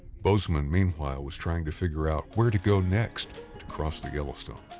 bozeman, meanwhile, was trying to figure out where to go next to cross the yellowstone.